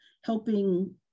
helping